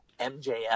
MJF